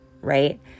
right